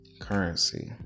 Currency